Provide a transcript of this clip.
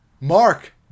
Mark